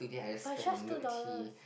but it's just two dollars